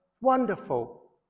Wonderful